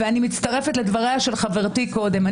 אני מצטרפת לדבריה של חברתי קודם.